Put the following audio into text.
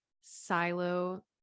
Silo